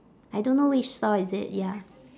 I don't know which stall is it ya